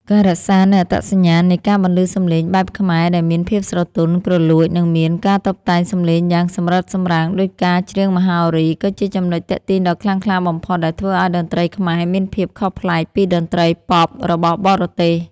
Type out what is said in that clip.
ការរក្សានូវអត្តសញ្ញាណនៃការបន្លឺសម្លេងបែបខ្មែរដែលមានភាពស្រទន់ ក្រលួច និងមានការតុបតែងសម្លេងយ៉ាងសម្រិតសម្រាំងដូចការច្រៀងមហោរី គឺជាចំណុចទាក់ទាញដ៏ខ្លាំងក្លាបំផុតដែលធ្វើឱ្យតន្ត្រីខ្មែរមានភាពខុសប្លែកពីតន្ត្រីប៉ុបរបស់បរទេស។